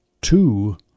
two